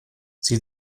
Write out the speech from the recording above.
sie